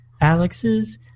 Alex's